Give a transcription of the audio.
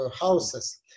houses